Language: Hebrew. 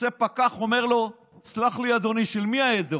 יוצא פקח אומר לו: סלח לי, אדוני, של מי העדר?